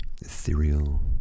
ethereal